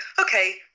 okay